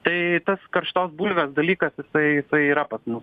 tai tas karštos bulvės dalykas jisai jisai yra pas mus